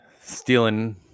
stealing